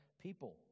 people